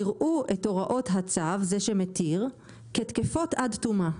יראו את הוראות הצו, זה שמתיר, כתקפות עד תומה.